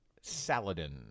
Saladin